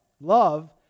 Love